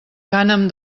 cànem